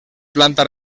planta